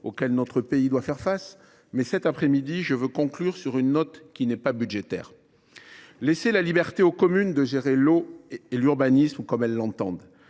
auxquelles notre pays doit faire face, mais, cet après midi, je veux conclure sur une note qui n’est pas budgétaire. Laissez la liberté aux communes de gérer l’eau et l’urbanisme comme elles l’entendent